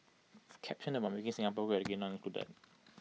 caption about making Singapore great again not included